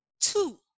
two